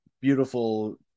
beautiful